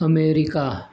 America